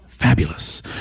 fabulous